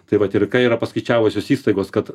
tai vat ir ką yra paskaičiavusios įstaigos kad